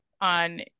on